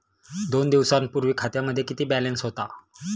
दोन दिवसांपूर्वी खात्यामध्ये किती बॅलन्स होता?